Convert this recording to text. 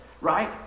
right